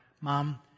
mom